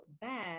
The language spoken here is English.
bad